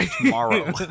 tomorrow